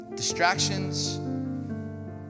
Distractions